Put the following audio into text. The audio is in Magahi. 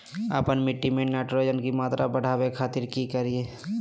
आपन मिट्टी में नाइट्रोजन के मात्रा बढ़ावे खातिर की करिय?